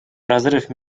разрыв